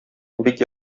бик